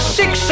six